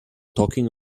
talking